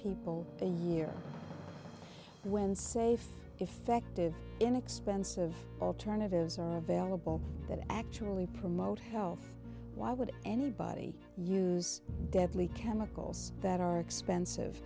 people a year when safe effective inexpensive alternatives are available that actually promote health why would anybody use deadly chemicals that are expensive